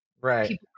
right